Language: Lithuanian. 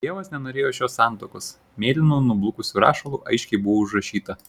dievas nenorėjo šios santuokos mėlynu nublukusiu rašalu aiškiai buvo užrašyta